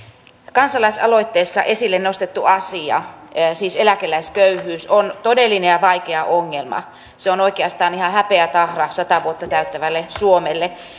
kansalaisaloitteessa esille nostettu asia siis eläkeläisköyhyys on todellinen ja vaikea ongelma se on oikeastaan ihan häpeätahra sata vuotta täyttävälle suomelle